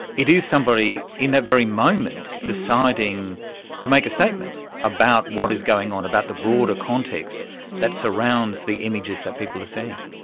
it is somebody in that very moment deciding to make a statement about what is going on, about the broader context that surrounds the images that people are seeing.